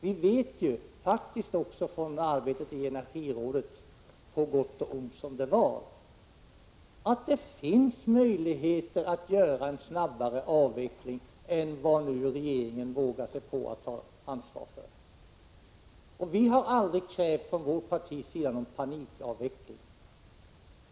Vi vet faktiskt, från arbetet i energirådet, på gott och ont som det var, att det finns möjligheter att göra en snabbare avveckling än regeringen vågar sig på att ta ansvar för. Vi har aldrig från vårt partis sida krävt någon panikavveckling.